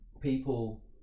people